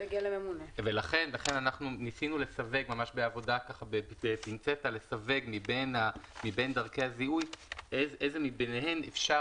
לכן ניסינו ממש בפינצטה לסווג מבין דרכי הזיהוי את הדרכים שכן אפשר